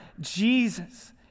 Jesus